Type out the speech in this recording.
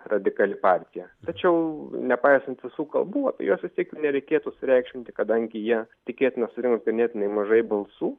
radikali partija tačiau nepaisant visų kalbų apie juos vietiek nereikėtų sureikšminti kadangi jie tikėtina surinks ganėtinai mažai balsų